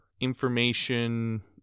information